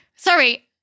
Sorry